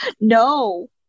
No